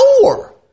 door